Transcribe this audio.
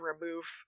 remove